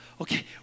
Okay